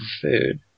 food